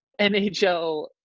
NHL